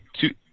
two